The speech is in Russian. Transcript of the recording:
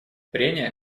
прения